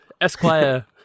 Esquire